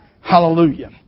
Hallelujah